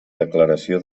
declaració